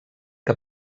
que